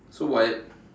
so what